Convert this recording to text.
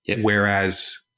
whereas